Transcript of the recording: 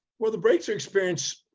well, the breakthrough experienced